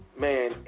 man